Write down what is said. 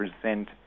present